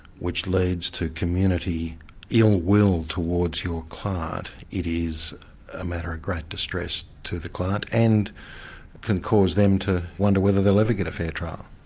which leads to community ill-will towards your client, and it is a matter of great distress to the client, and can cause them to wonder whether they'll ever get a fair trial.